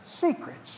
secrets